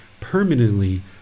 permanently